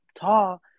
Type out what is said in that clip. tall